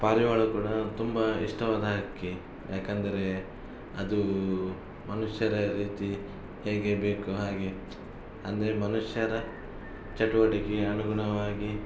ಪಾರಿವಾಳ ಕೂಡ ತುಂಬ ಇಷ್ಟವಾದ ಹಕ್ಕಿ ಯಾಕಂದರೆ ಅದು ಮನುಷ್ಯರ ರೀತಿ ಹೇಗೆ ಬೇಕು ಹಾಗೆ ಅಂದರೆ ಮನುಷ್ಯರ ಚಟುವಟಿಕೆಯ ಅನುಗುಣವಾಗಿ